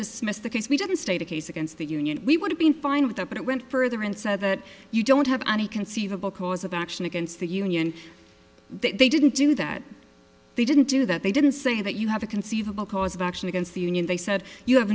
dismiss the case we didn't state a case against the union we would have been fine with that but it went further and said that you don't have any conceivable cause of action against the union they didn't do that they didn't do that they didn't say that you have a conceivable cause of action against the union they said you have